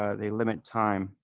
ah they limit time.